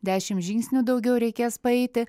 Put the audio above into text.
dešim žingsnių daugiau reikės paeiti